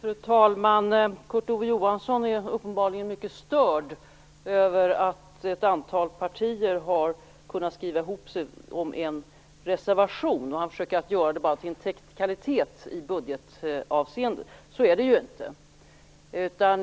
Fru talman! Kurt Ove Johansson är uppenbarligen mycket störd av att ett antal partier har kunnat skriva ihop sig om en reservation. Han försöker att göra debatten till en fråga om teknikalitet i budgethänseende. Så är det ju inte, utan